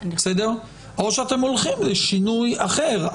או שאתם הולכים לשינוי אחר.